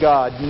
God